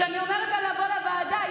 כשאני אומרת לה לבוא לוועדה,